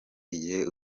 igihe